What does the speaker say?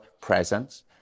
presence